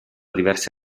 diversi